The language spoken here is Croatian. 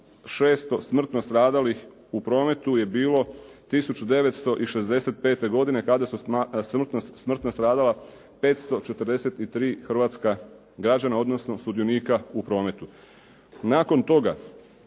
600 smrtno stradalih u prometu je bilo 1965. kada su smrtno stradala 543 hrvatska građana, odnosno sudionika u prometu. Nakon toga,